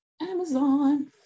Amazon